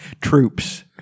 Troops